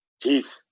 teeth